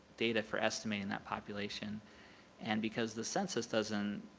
data for estimating that population and because the census doesn't